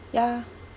ya